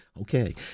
Okay